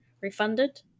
refunded